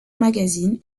magazine